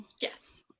Yes